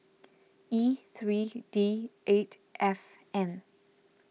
E three D eight F N